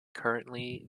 currently